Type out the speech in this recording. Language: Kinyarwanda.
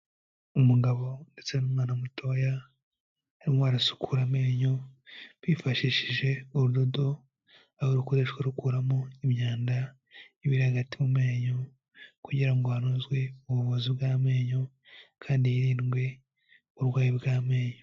Umugabo ndetse n'umwana mutoya, barimo barasukura amenyo bifashishije urudodo aho rukoreshwa rukuramo imyanda iba iri hagati mu menyo, kugira ngo hanozwe ubuvuzi bw'amenyo, kandi hirindwe uburwayi bw'amenyo.